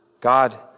God